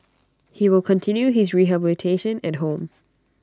he will continue his rehabilitation at home